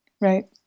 Right